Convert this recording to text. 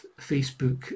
Facebook